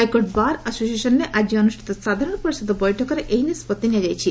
high court bar ଆସୋସିଏସନ୍ରେ ଆଜି ଅନୁଷ୍ପିତ ସାଧାରଣ ପରିଷଦ ବୈଠକରେ ଏହି ନିଷ୍ବଭି ନିଆଯାଇଛି